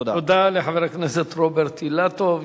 תודה לחבר הכנסת רוברט אילטוב.